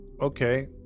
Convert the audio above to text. Okay